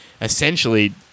essentially